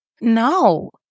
No